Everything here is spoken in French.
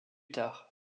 tard